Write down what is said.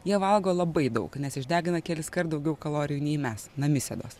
jie valgo labai daug nes išdegina keliskart daugiau kalorijų nei mes namisėdos